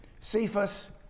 Cephas